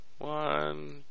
one